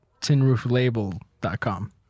TinRoofLabel.com